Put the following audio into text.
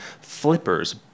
flippers